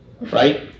Right